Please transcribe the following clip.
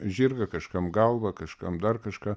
žirgą kažkam galvą kažkam dar kažką